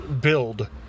build